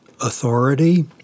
authority